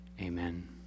amen